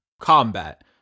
combat